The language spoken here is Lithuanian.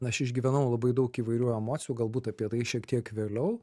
aš išgyvenau labai daug įvairių emocijų galbūt apie tai šiek tiek vėliau